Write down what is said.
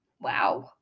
Wow